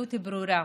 מדיניות ברורה,